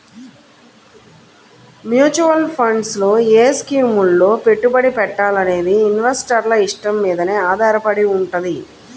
mutual funds లో ఏ స్కీముల్లో పెట్టుబడి పెట్టాలనేది ఇన్వెస్టర్ల ఇష్టం మీదనే ఆధారపడి వుంటది